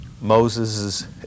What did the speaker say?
Moses